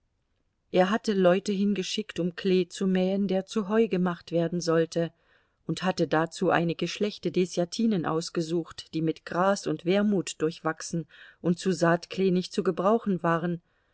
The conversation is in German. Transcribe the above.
er hatte leute hingeschickt um klee zu mähen der zu heu gemacht werden sollte und hatte dazu einige schlechte deßjatinen ausgesucht die mit gras und wermut durchwachsen und zu saatklee nicht zu gebrauchen waren